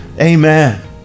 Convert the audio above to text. amen